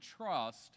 trust